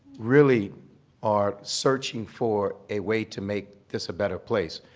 really are searching for a way to make this a better place.